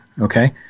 Okay